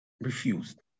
refused